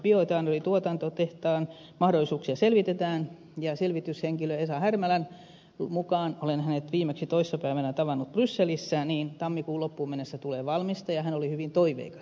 bioetanolituotantotehtaan mahdollisuuksia selvitetään ja selvityshenkilö esa härmälän mukaan olen hänet viimeksi toissapäivänä tavannut brysselissä tammikuun loppuun mennessä tulee valmista ja hän oli hyvin toiveikas